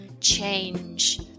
change